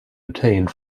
obtained